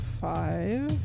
Five